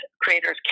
creators